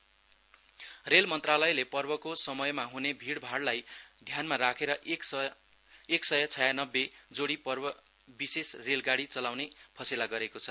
festival rail मन्त्रालयले पर्वको समयमा हुने भिड भाडलाई ध्यानमा राखेर एक सय छ्यानब्बे जोडी पर्व विशेष रेलगाडी चलाउने फसेला गरेको छ